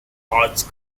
arts